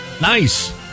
Nice